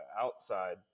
outside